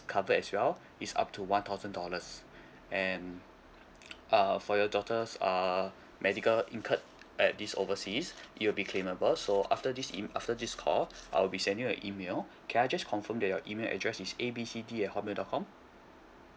covered as well it's up to one thousand dollars and uh for your daughter's uh medical incurred at this overseas it'll be claimable so after this email after this call I'll be send you a email can I just confirm that your email address is A B C D at hotmail dot com